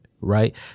right